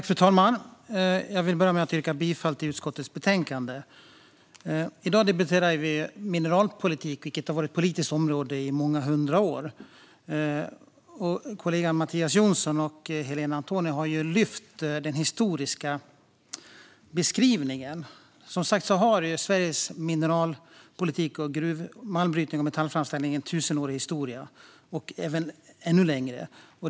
Fru talman! Jag vill börja med att yrka bifall till förslaget i utskottets betänkande. I dag debatterar vi mineralpolitik, vilket har varit ett politiskt område i många hundra år. Mina kollegor Mattias Jonsson och Helena Antoni har beskrivit historien, och som sagt har Sveriges mineralpolitik, malmbrytning och metallframställning en tusenårig, och ännu längre, historia.